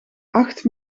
acht